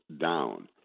down